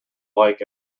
like